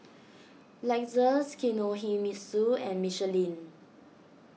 Lexus Kinohimitsu and Michelin